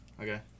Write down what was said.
Okay